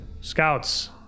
scouts